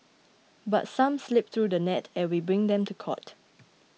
but some slip through the net and we bring them to court